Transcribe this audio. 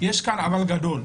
ויש כאן אבל גדול.